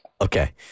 Okay